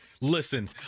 listen